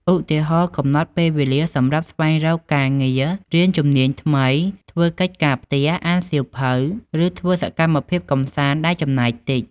ឧទាហរណ៍ កំណត់ពេលវេលាសម្រាប់ស្វែងរកការងារ រៀនជំនាញថ្មី ធ្វើកិច្ចការផ្ទះ អានសៀវភៅ ឬធ្វើសកម្មភាពកម្សាន្តដែលចំណាយតិច។